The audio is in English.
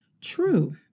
True